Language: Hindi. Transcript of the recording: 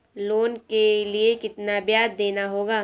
लोन के लिए कितना ब्याज देना होगा?